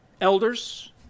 elders